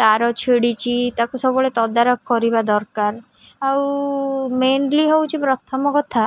ତାର ଛିଡ଼ିଛି ତାକୁ ସବୁବେଳେ ତଦାରଖ କରିବା ଦରକାର ଆଉ ମେନ୍ଲି ହେଉଛି ପ୍ରଥମ କଥା